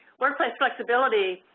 workplace flexibility